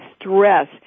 stress